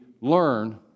learn